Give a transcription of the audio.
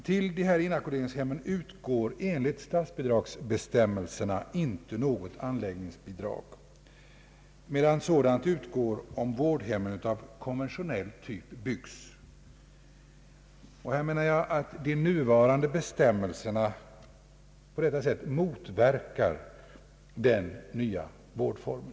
Till dessa inackorderingshem utgår enligt —statsbidragsbestämmelserna inte något anläggningsbidrag, medan sådant utgår om vårdhem av konventionell typ byggs. De nuvarande bestämmelserna motverkar enligt mitt förmenande på detta sätt den nya vårdformen.